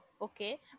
Okay